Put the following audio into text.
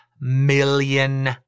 million